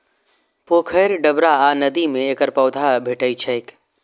पोखरि, डबरा आ नदी मे एकर पौधा भेटै छैक